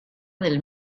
del